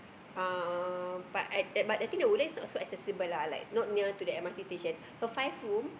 uh but I but the thing Woodlands is not so accessible lah like not near to the M_R_T station her five room